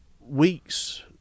weeks